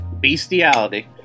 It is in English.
bestiality